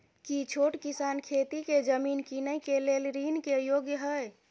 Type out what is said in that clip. की छोट किसान खेती के जमीन कीनय के लेल ऋण के योग्य हय?